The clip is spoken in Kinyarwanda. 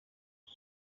nta